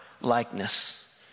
likeness